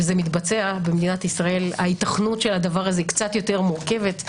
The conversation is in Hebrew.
וזה מתבצע במדינת ישראל ההיתכנות של זה היא קצת יותר מורכבת.